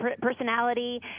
personality